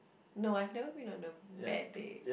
no I've never been on a bad date